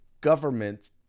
government